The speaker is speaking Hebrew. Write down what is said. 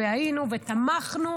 היינו ותמכנו,